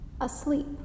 asleep